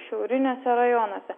šiauriniuose rajonuose